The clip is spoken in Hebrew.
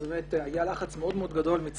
אז היה ללחץ מאוד מאוד גדול,